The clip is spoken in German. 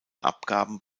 abgaben